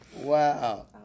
Wow